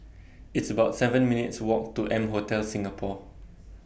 It's about seven minutes' Walk to M Hotel Singapore